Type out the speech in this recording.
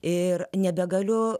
ir nebegaliu